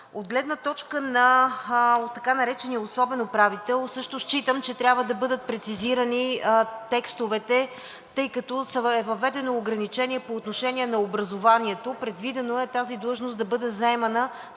От гледна точка на така наречения особен управител, също считам, че трябва да бъдат прецизирани текстовете, тъй като е въведено ограничение по отношение на образованието, предвидено е тази длъжност да бъде заемана